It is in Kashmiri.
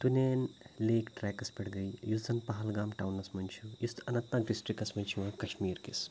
تُنین لیک ٹِرٛیکَس پٮ۪ٹھ گٔے یُس زَن پَہَلگام ٹاونَس منٛز چھُ یُس اننت ناگ ڈِسٹِکَس منٛز چھُ یِوان کَشمیٖر کِس